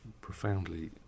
profoundly